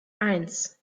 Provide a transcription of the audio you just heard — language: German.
eins